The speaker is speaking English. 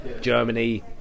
Germany